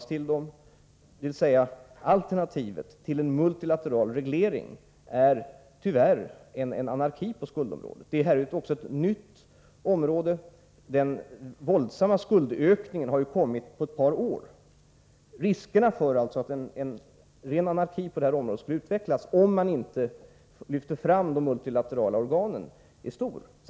Det vill med andra ord säga att alternativet till en multilateral reglering tyvärr är anarki på skuldområdet. Det här är också ett nytt område. Den våldsamma skuldökningen har kommit på ett par år. Riskerna för att en ren anarki på detta område skulle utvecklas om man inte lyfte fram de multilaterala organen är stora.